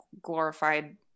glorified